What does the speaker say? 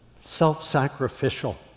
self-sacrificial